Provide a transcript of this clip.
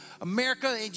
America